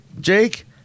Jake